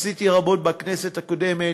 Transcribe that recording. עשיתי רבות בכנסת הקודמת.